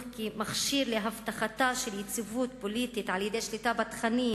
מכשיר להבטחתה של יציבות פוליטית על-ידי שליטה בתכנים,